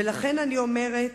לכן אני אומרת,